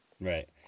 Right